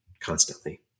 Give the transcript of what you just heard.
constantly